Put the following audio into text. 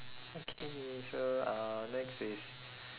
okay so uh next is